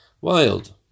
Wild